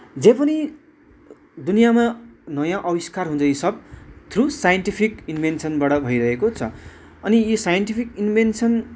जे पनि दुनियाँमा नयाँ आविष्कार हुँदैछ थ्रु साइन्टिफिक इन्भेनसनबाट भइरहेको छ अनि यो साइन्टिफिक इन्भेनसन